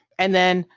and then,